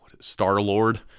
Star-Lord